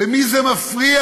למי זה מפריע?